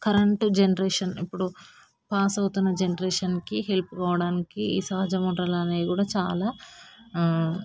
current generation ఇప్పుడు పాసవుతున్న జనరేషన్కి హెల్ప్ కావడానికి సహజ వనరులు అనేవి కూడా చాలా